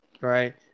Right